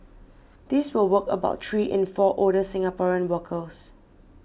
this will work about three in four older Singaporean workers